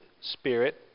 Spirit